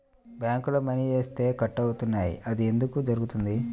బ్యాంక్లో మని వేస్తే కట్ అవుతున్నాయి అది ఎందుకు జరుగుతోంది?